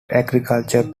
agricultural